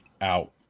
out